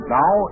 now